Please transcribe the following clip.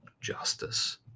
justice